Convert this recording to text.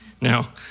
Now